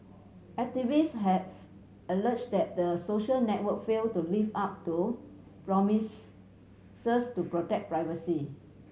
activist have alleged that the social network failed to live up to promise to protect privacy